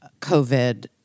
COVID